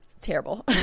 terrible